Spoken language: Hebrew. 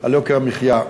על יוקר המחיה.